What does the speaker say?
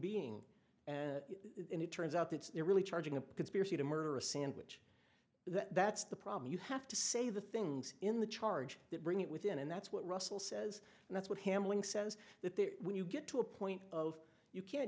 being and then it turns out that they're really charging a conspiracy to murder a sandwich that's the problem you have to say the things in the charge that bring it within and that's what russell says and that's what hamlin says that the when you get to a point of you can't